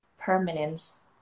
permanence